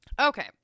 Okay